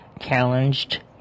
challenged